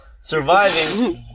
Surviving